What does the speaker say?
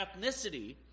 ethnicity